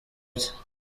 bye